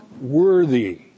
worthy